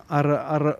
ar ar